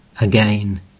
Again